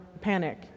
panic